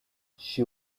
she